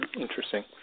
Interesting